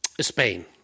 Spain